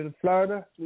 Florida